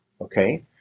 Okay